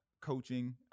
coaching